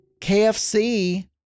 KFC